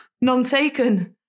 non-taken